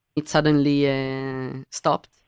it suddenly and stopped,